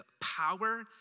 power